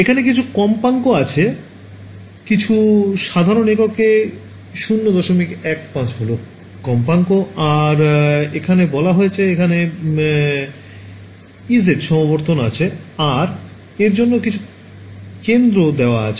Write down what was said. এখানে কিছু কম্পাঙ্ক দেওয়া আছে কিছু সাধারণ এককে ০১৫ হল কম্পাঙ্ক আর এখানে বলা আছে এখানে Ez সমবর্তন আছে আর এর জন্য কিছু কেন্দ্র দেওয়া আছে